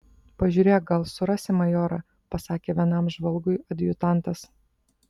pažiūrėk gal surasi majorą pasakė vienam žvalgui adjutantas